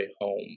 Home